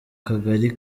kagari